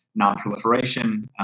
nonproliferation